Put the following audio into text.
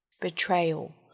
Betrayal